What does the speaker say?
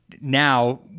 Now